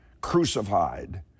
crucified